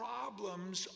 Problems